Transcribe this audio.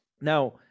Now